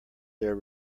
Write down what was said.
their